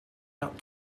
out